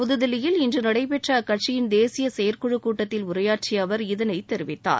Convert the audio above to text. புத்தில்லியில் இன்று நடைபெற்ற அக்கட்சியின் தேசிய செயற்குழு கூட்டத்தில் உரையாற்றிய அவர் இதனை தெரிவித்தார்